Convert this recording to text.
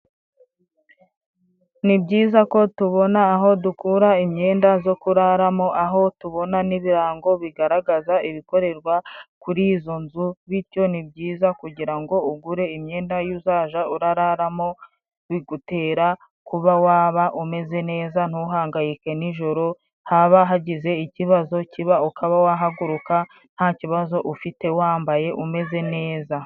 Ni byiza ko tubona aho dukura imyenda zo kuraramo, aho tubona n'ibirango bigaragaza ibikorerwa kuri izo nzu, bityo ni byiza kugira ngo ugure imyenda yo uzaja urararamo, bigutera kuba waba umeze neza ntuhangayike nijoro. Haba hagize ikibazo kiba ukaba wahaguruka nta kibazo ufite wambaye umeze neza.